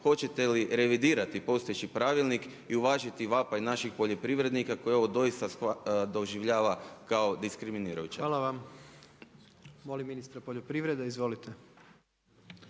Hoćete li revidirati postojeći pravilnik i uvažiti vapaj naših poljoprivrednika koji ovo doista doživljava kao diskriminirajuće? **Jandroković, Gordan (HDZ)** Hvala vam. Molim ministara poljoprivrede, izvolite.